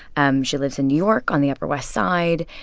um she lives in new york on the upper west side.